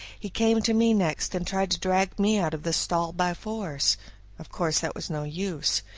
he came to me next and tried to drag me out of the stall by force of course that was no use.